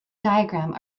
diagram